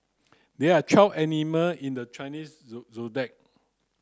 there are twelve animal in the Chinese